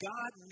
God